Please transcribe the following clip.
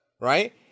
right